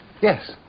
yes